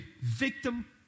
victim